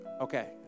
Okay